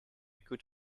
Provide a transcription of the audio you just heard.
could